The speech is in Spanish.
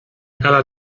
cada